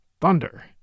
Thunder